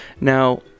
Now